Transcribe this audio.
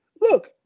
look